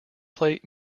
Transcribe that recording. plate